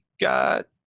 got